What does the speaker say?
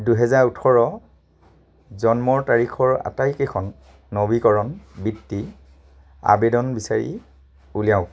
দুহেজাৰ ওঠৰ জন্মৰ তাৰিখৰ আটাইকেইখন নবীকৰণ বৃত্তি আবেদন বিচাৰি উলিয়াওক